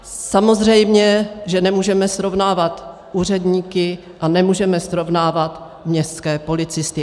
Samozřejmě že nemůžeme srovnávat úředníky a nemůžeme srovnávat městské policisty.